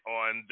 on